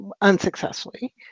unsuccessfully